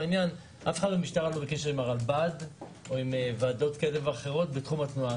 אף אחד במשטרה לא בקשר עם הרלב"ד או עם ועדות כאלה ואחרות בתחום התנועה,